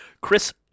Chris